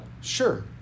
Sure